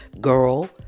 girl